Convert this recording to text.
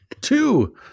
Two